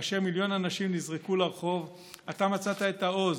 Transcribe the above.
וכאשר מיליון אנשים נזרקו לרחוב אתה מצאת את העוז,